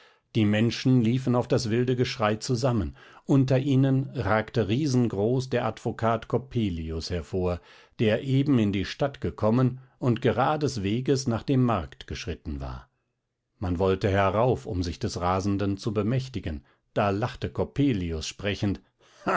die menschen liefen auf das wilde geschrei zusammen unter ihnen ragte riesengroß der advokat coppelius hervor der eben in die stadt gekommen und gerades weges nach dem markt geschritten war man wollte herauf um sich des rasenden zu bemächtigen da lachte coppelius sprechend